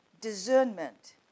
discernment